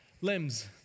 Limbs